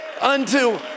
unto